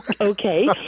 okay